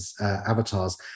avatars